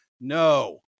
no